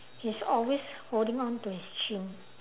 he's always holding on to his chin